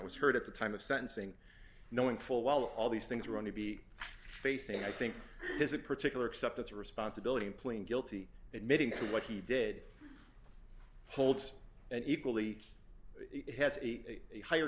was heard at the time of sentencing knowing full well all these things are going to be facing i think there's a particular acceptance of responsibility and playing guilty admitting what he did holds and equally it has a higher